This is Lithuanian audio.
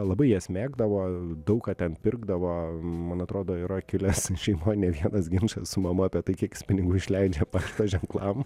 labai jas mėgdavo daug ką ten pirkdavo man atrodo yra kilęs šeimoj ne vienas ginčas su mama apie tai kiek jis pinigų išleidžia pašto ženklam